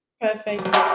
perfect